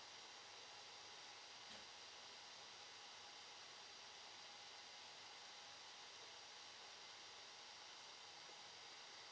lah